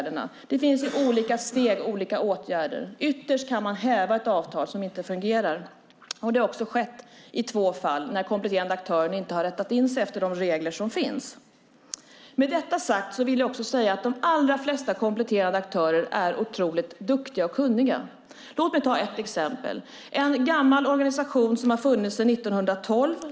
Det finns olika åtgärder i olika steg. Ytterst kan man häva ett avtal som inte fungerar, och det har också skett i två fall, när den kompletterande aktören inte har rättat sig efter de regler som finns. Med detta sagt vill jag säga att de allra flesta kompletterande aktörer är otroligt duktiga och kunniga. Låt mig ta ett exempel. Det gäller en gammal organisation som har funnits sedan 1912.